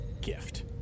gift